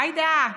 עאידה,